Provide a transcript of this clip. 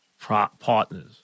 partners